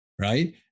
right